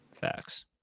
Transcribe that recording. Facts